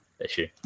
issue